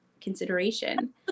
consideration